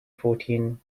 fourteen